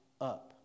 up